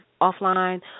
offline